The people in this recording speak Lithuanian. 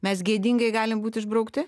mes gėdingai galim būt išbraukti